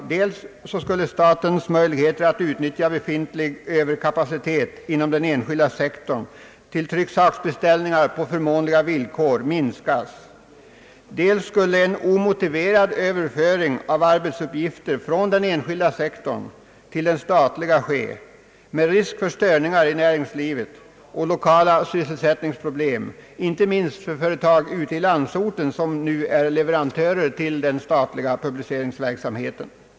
Dels skulle statens möjligheter att utnyttja befintlig överkapacitet inom den enskilda sektorn till trycksaksbeställningar på förmånliga villkor minskas, dels skulle en omotiverad överföring av arbetsuppgifter från den enskilda sektorn till den statliga ske med risk för störningar i näringslivet och Iockala sysselsättningsproblem, inte minst för företag ute i landsorten som nu är leverantörer till den statliga publiceringsverksamheten.